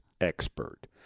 expert